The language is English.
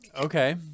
Okay